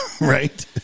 Right